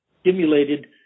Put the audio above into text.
stimulated